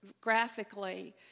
graphically